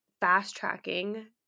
fast-tracking